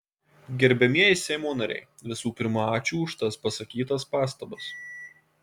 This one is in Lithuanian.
gerbiamieji seimo nariai visų pirma ačiū už tas pasakytas pastabas